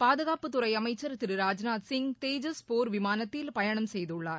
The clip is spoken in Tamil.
பாதுகாப்புத் துறை அமைச்சர் திரு ராஜ்நாத்சிங் தேஜஸ் போர் விமானத்தில் பயணம் செய்துள்ளார்